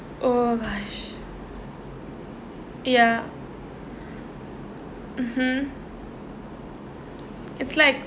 oh gosh ya mmhmm it's like